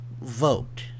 vote